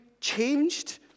changed